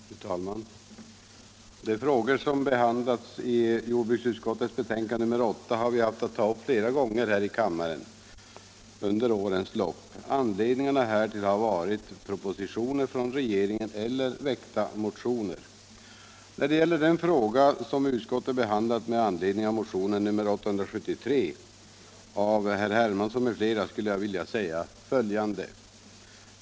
Fru talman! De frågor som behandlas i jordbruksutskottets betänkande nr 8 har vi haft uppe till behandling flera gånger här i kammaren under 117 årens lopp. Anledningarna härtill har varit propositioner från regeringen eller väckta motioner. När det gäller den fråga som utskottet behandlat med anledning av motionen 873 av herr Hermansson m.fl. skulle jag vilja säga följande.